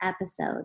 episode